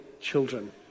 children